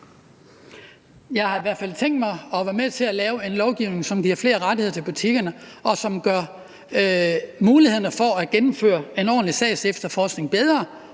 Jeg har i hvert fald tænkt mig at være med til at lave en lovgivning, som giver flere rettigheder til butikkerne, som gør mulighederne for at gennemføre en ordentlig sagsefterforskning bedre,